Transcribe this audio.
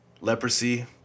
leprosy